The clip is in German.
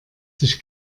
sich